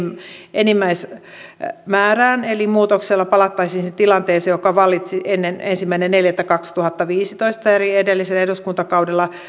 enimmäismäärään eli muutoksella palattaisiin siihen tilanteeseen joka vallitsi ennen ensimmäinen neljättä kaksituhattaviisitoista eli edellisellä eduskuntakaudella